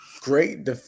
great